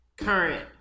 Current